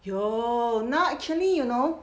有 now actually you know